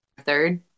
third